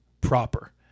proper